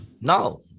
no